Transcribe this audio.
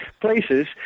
places